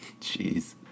jeez